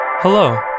Hello